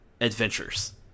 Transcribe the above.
adventures